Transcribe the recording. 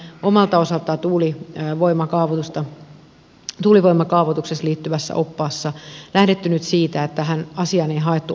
me olemme omalta osaltamme tuulivoimakaavoitukseen liittyvässä oppaassa lähteneet nyt siitä että tähän asiaan ei haettu opastasolla vielä vastausta